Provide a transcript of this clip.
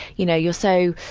you know, you're so,